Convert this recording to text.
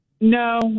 No